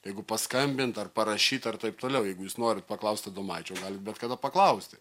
jeigu paskambint ar parašyt ar taip toliau jeigu jūs norit paklaust adomaičio galit bet kada paklausti